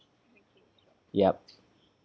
yup